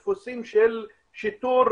בדפוסים של שיטור,